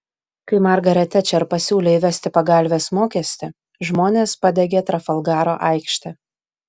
kai margaret tečer pasiūlė įvesti pagalvės mokestį žmonės padegė trafalgaro aikštę